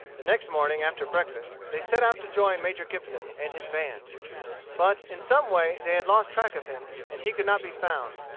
the next morning after breakfast they set out to join major gibson and his band but, in some way, they had lost track of him, and he could not be found.